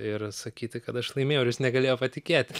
ir sakyti kad aš laimėjau ir jis negalėjo patikėti